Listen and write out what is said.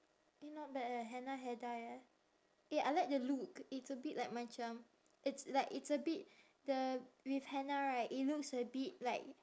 eh not bad eh henna hair dye eh eh I like the look it's a bit like macam it's like it's a bit the with henna right it looks a bit like